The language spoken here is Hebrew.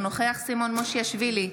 אינו נוכח סימון מושיאשוילי,